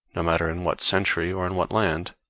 no matter in what century or in what land,